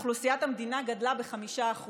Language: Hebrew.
אוכלוסיית המדינה גדלה ב-5%.